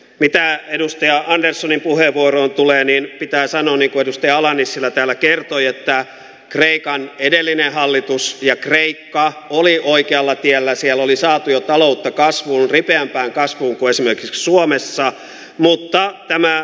mitä edustaja anderssonin puheenvuoro valtuuskunnan järjestäytymistä varten annan puheenvuoron edustaja ala nissilä päälä kertoi että kreikan edellinen hallitus ja kreikka olin oikealla tiellä siel oli säätiön taloutta kasvuun ripeämpään kasvuun kuin sinäkin suomessa mutta tämä on